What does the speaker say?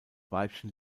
weibchen